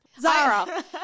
zara